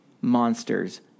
monsters